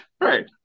Right